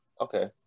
Okay